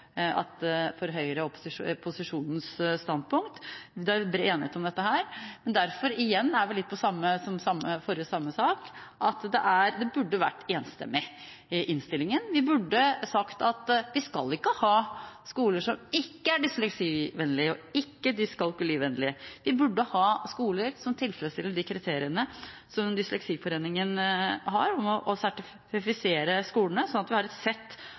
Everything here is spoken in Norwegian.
for Høyres og posisjonens standpunkt. Det er bred enighet om dette. Igjen er det litt som i forrige sak – at innstillingen burde vært enstemmig. Vi burde sagt at vi skal ikke ha skoler som ikke er dysleksivennlige og dyskalkulivennlige. Vi burde ha skoler som tilfredsstiller de kriteriene som Dysleksiforeningen har, og sertifisere skolene, sånn at vi har et sett